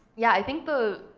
yeah, i think the,